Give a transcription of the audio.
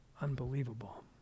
Unbelievable